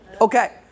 Okay